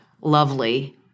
lovely